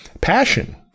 passion